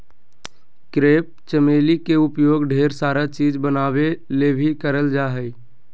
crepe चमेली के उपयोग ढेर सारा चीज़ बनावे ले भी करल जा हय